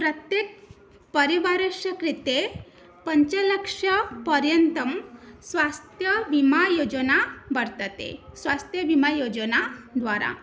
प्रत्येकं परिवारस्य कृते पञ्चलक्षपर्यन्तं स्वास्थ्य विमा योजना वर्तते स्वास्थ्य विमा योजना द्वारा